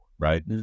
Right